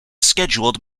scheduled